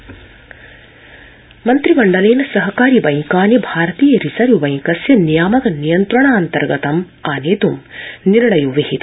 मन्त्रिमण्डलम् मन्त्रिमण्डलेन सहकारी बैंकानि भारतीय रिजर्व बैंकस्य नियामक नियन्त्रणान्तर्गतम् आनेत् निर्णयो विहित